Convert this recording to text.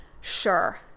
sure